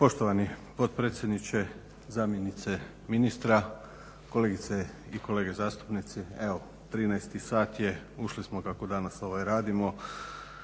Poštovani predsjedniče, zamjenice ministra, kolegice i kolege zastupnici. Evo 13. sat je, ušli smo kako danas radimo